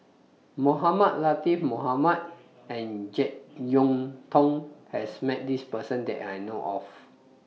Mohamed Latiff Mohamed and Jek Yeun Thong has Met This Person that I know of